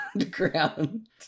Underground